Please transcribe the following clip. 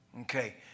Okay